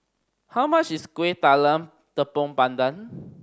how much is Kuih Talam Tepong Pandan